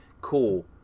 cool